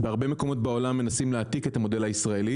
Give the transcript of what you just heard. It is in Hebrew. בהרבה מקומות בעולם מנסים להעתיק את המודל הישראלי,